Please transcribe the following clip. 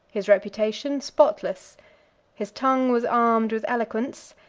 his reputation spotless his tongue was armed with eloquence,